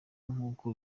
nk’uko